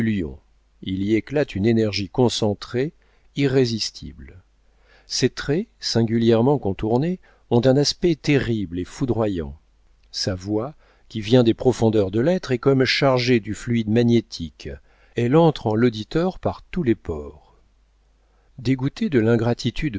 il y éclate une énergie concentrée irrésistible ses traits singulièrement contournés ont un aspect terrible et foudroyant sa voix qui vient des profondeurs de l'être est comme chargée du fluide magnétique elle entre en l'auditeur par tous les pores dégoûté de